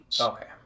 Okay